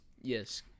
Yes